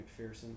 McPherson